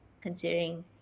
considering